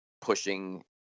pushing